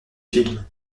films